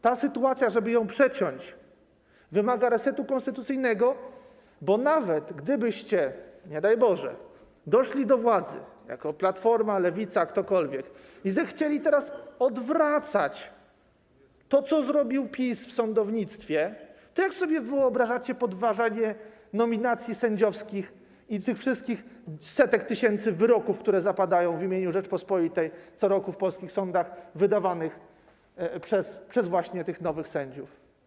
Ta sytuacja, żeby ją przeciąć, wymaga resetu konstytucyjnego, bo nawet gdybyście, nie daj Boże, doszli do władzy jako Platforma, Lewica, ktokolwiek, i zechcieli teraz odwracać to, co zrobił PiS w sądownictwie, to jak sobie wyobrażacie podważanie nominacji sędziowskich i tych wszystkich setek tysięcy wyroków, które zapadają w imieniu Rzeczypospolitej co roku w polskich sądach wydawanych przez tych nowych sędziów?